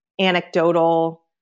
anecdotal